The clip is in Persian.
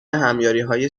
همیاریهای